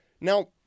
Now